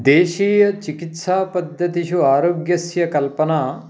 देशीय चिकित्सापद्धतिषु आरोग्यस्य कल्पना